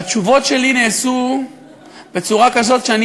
והתשובות שלי נעשו בצורה כזאת שאני